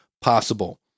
possible